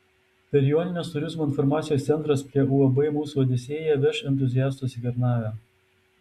per jonines turizmo informacijos centras prie uab mūsų odisėja veš entuziastus į kernavę